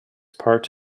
part